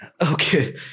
Okay